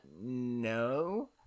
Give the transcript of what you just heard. no